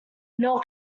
nor